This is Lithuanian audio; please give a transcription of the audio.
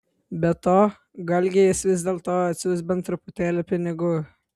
be to galgi jis vis dėlto atsiųs bent truputėlį pinigų